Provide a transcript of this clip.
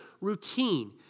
routine